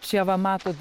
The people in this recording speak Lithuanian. čia va matot